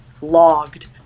logged